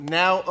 now